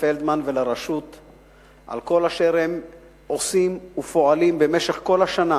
פלדמן ולרשות על כל אשר הם עושים ופועלים במשך כל השנה